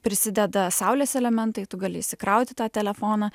prisideda saulės elementai tu gali įsikrauti tą telefoną